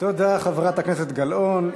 תודה, חברת הכנסת גלאון.